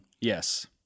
Yes